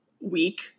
Week